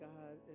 God